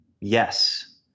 yes